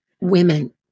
women